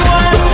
one